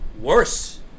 Worse